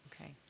Okay